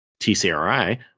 TCRI